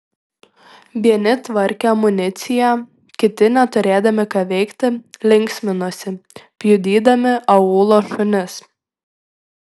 vieni tvarkė amuniciją kiti neturėdami ką veikti linksminosi pjudydami aūlo šunis